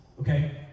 Okay